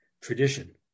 tradition